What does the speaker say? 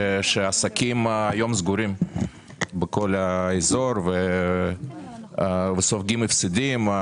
שהעסקים בכל האזור היום סגורים וסופגים הפסדים.